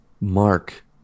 Mark